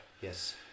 yes